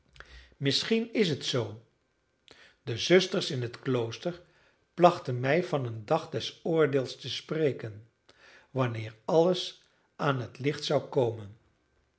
misschien is het zoo de zusters in het klooster plachten mij van een dag des oordeels te spreken wanneer alles aan het licht zou komen